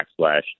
backslash